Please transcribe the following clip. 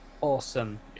awesome